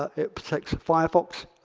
ah it protects firefox,